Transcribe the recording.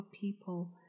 people